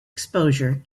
exposure